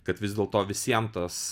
kad vis dėl to visiem tas